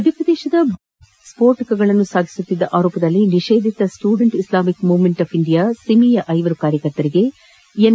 ಮಧ್ಯಪ್ರದೇಶದ ಭೋಪಾಲ್ನಲ್ಲಿ ಸ್ಪೋಟಕಗಳನ್ನು ಸಾಗಿಸುತ್ತಿದ್ದ ಆರೋಪದಲ್ಲಿ ನಿಷೇಧಿತ student Islamic movement of India ಸಿಮಿಯ ಐವರು ಕಾರ್ಯಕರ್ತರಿಗೆ ಎನ್